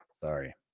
sorry